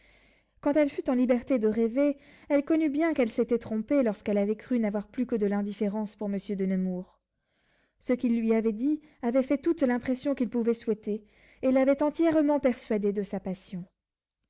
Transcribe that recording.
quand elle fut en liberté de rêver elle connut bien qu'elle s'était trompée lorsqu'elle avait cru n'avoir plus que de l'indifférence pour monsieur de nemours ce qu'il lui avait dit avait fait toute l'impression qu'il pouvait souhaiter et l'avait entièrement persuadée de sa passion